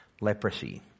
leprosy